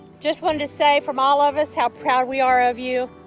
just wanted to say from all of us how proud we are of you,